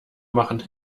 machen